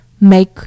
make